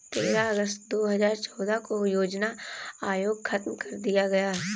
तेरह अगस्त दो हजार चौदह को योजना आयोग खत्म कर दिया गया